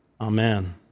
Amen